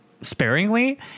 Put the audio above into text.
sparingly